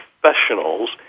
professionals